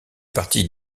partie